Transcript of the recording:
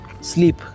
sleep